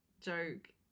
joke